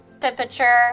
temperature